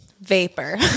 vapor